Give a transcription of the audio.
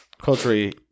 culturally